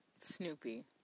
Snoopy